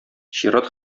чират